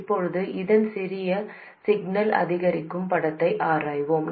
இப்போது இதன் சிறிய சிக்னல் அதிகரிக்கும் படத்தை ஆராய்வோம்